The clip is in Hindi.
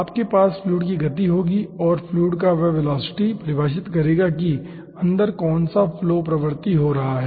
आपके पास फ्लूइड की गति होगी और फ्लूइड का वह वेलोसिटी परिभाषित करेगा कि अंदर कौन सा फ्लो प्रवृत्ति हो रहा है